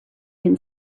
can